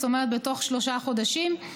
זאת אומרת בתוך שלושה חודשים,